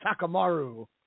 Takamaru